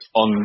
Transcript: on